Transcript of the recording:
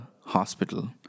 hospital